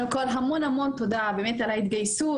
קודם כל המון תודה באמת על ההתגייסות.